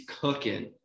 cooking